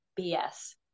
bs